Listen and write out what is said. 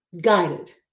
guided